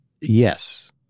yes